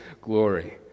glory